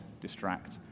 distract